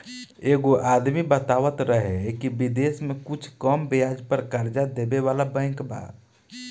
एगो आदमी बतावत रहे की बिदेश में कुछ कम ब्याज पर कर्जा देबे वाला बैंक बा